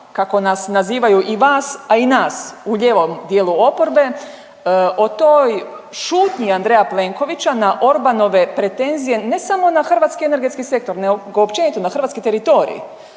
kako nas nazivaju i vas a i nas u lijevom dijelu oporbe o toj šutnji Andreja Plenkovića na Orbanove pretenzije ne samo na hrvatski energetski sektor, nego općenito na hrvatski teritorij,